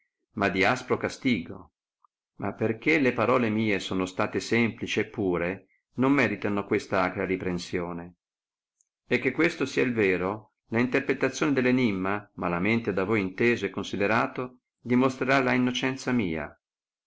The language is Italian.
ma di aspro castigo ma per che le parole mie sono state semplici e pure non meritano questa aera riprensione e che questo sia il vero la interpretazione dell enimma malamente da voi inteso e considerato dimostrerà la innocenza mia